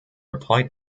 applied